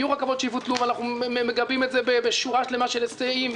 יהיו רכבות שיבוטלו ואנחנו מגבים את זה בשורה שלמה של היסעים,